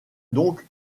donc